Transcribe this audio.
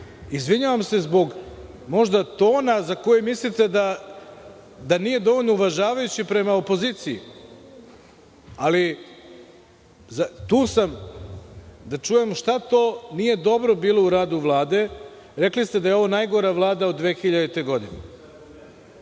Izvinjavam se zbog, možda, tona za koji mislite da nije dovoljno uvažavajući prema opoziciji, ali tu sam da čujem šta to nije dobro bilo u radu Vlade. Rekli ste da je ovo najgora Vlada od 2000. godine.